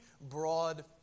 broad